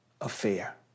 affair